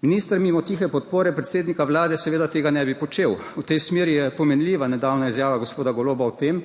Minister mimo tihe podpore predsednika vlade seveda tega ne bi počel. V tej smeri je pomenljiva nedavna izjava gospoda Goloba o tem,